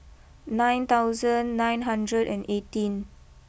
nine thousand nine hundred and eighteen